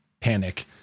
panic